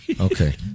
Okay